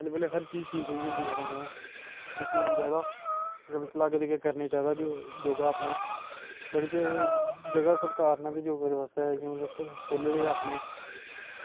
बल्लें बल्लें हर चीज़ ठीक होई जंदी ऐ कन्नै दिक्खना बी चाहिदा लागै करना चाहिदा योगा अपने बड़ी जगह सरकार नै खोले दे अपने